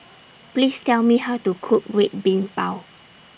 Please Tell Me How to Cook Red Bean Bao